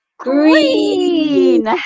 Green